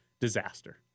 disaster